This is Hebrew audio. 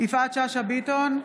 יפעת שאשא ביטון,